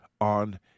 on